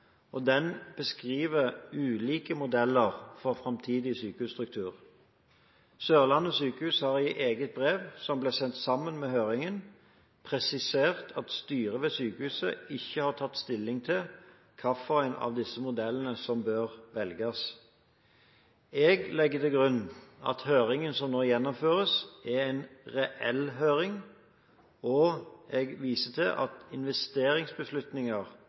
og den beskriver flere ulike modeller for framtidig sykehusstruktur. Sørlandet sykehus har i et eget brev, som ble sendt sammen med høringen, presisert at styret ved sykehuset ikke har tatt stilling til hvilken av disse modellene som bør velges. Jeg legger til grunn at høringen som nå gjennomføres, er en reell høring, og jeg viser til at investeringsbeslutninger